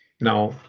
Now